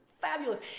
fabulous